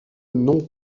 non